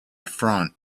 front